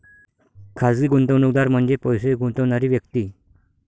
खाजगी गुंतवणूकदार म्हणजे पैसे गुंतवणारी व्यक्ती